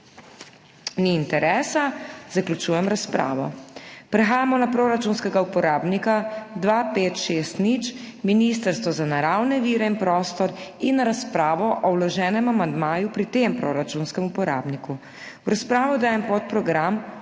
Ni interesa, zaključujem razpravo. Prehajamo na proračunskega uporabnika 2560 Ministrstvo za naravne vire in prostor in razpravo o vloženem amandmaju pri tem proračunskem uporabniku. V razpravo dajem podprogram